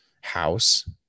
house